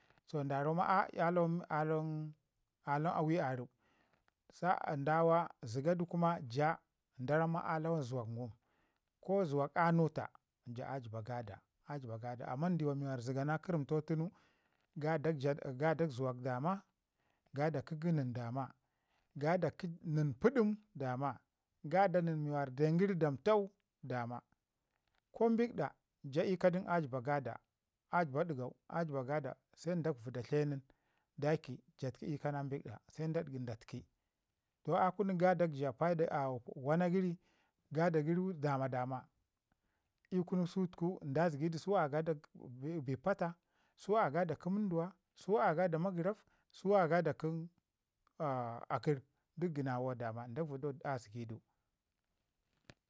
toh da ramma a lawan a lawan a lawan awi a rəb sa'an ndawa zəga du da ramma jaa a lawan zuwak ngum ko zuwak anuta jaa a jiba gada a jiba gada amma ndawa mi zəgana kərəmtau tunu yadak zuwak dama gama kə nin dama, gada kə nin pədim dama, gada nin mi den gəri dantau dama, ko bikɗa jaa ii kadun a jiba gada, a jiba digau se ndak vəda tleu nin daiki jaa tuku ii ka na bikda se da ki da təki. Toh a kun gada jaa paida wana gəri gada gari dama dama ii kunu sutuku da zəgidu sau a gada bik pata su a gada kə munduwa su a gada magəraf su a gada kən akər, duk gənawau dama ndak vədau a zəgidu.